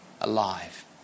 alive